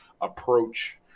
approach